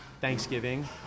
Thanksgiving